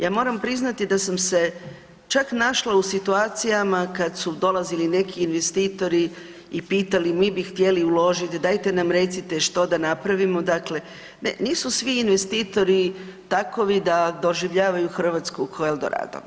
Ja moram priznati da sam se čak našla u situacijama kad su dolazili neki investitori i pitali, mi bi htjeli uložiti, dajte nam recite što da napravimo, dakle, nisu svi investitori takovi da doživljavaju Hrvatsku kao El Dorado.